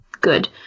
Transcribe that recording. good